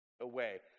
away